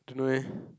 don't know eh